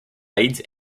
leads